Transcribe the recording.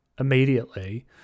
immediately